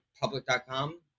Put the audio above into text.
public.com